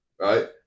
Right